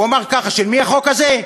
הוא אמר כך: של מי החוק הזה?